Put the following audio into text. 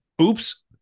Oops